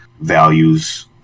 values